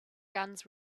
guns